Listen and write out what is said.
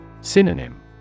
Synonym